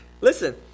Listen